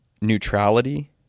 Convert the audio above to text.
neutrality